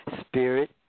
spirit